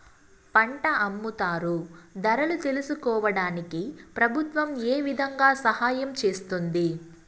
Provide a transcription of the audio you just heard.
పంట అమ్ముతారు ధరలు తెలుసుకోవడానికి ప్రభుత్వం ఏ విధంగా సహాయం చేస్తుంది?